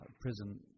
prison